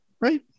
Right